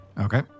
Okay